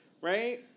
Right